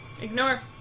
Ignore